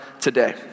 today